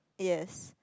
yes